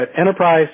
Enterprise